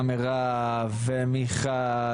גם מירב ומיכל,